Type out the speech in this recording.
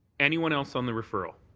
anyone else on the referral?